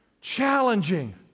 challenging